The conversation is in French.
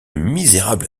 misérable